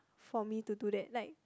for me to do that like